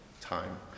time